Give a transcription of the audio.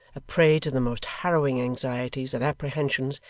a prey to the most harrowing anxieties and apprehensions,